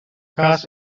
cas